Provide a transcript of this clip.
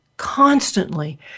constantly